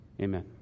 amen